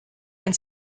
and